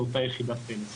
לאותה יחידת "פלס".